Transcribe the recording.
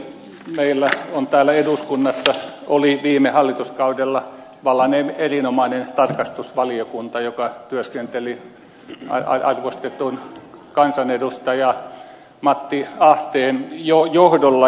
meillä oli täällä eduskunnassa viime hallituskaudella vallan erinomainen tarkastusvaliokunta joka työskenteli arvostetun kansanedustajan matti ahteen johdolla